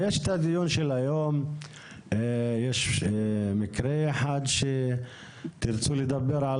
בדיון היום יש מקרה אחד עליו תרצו לדבר.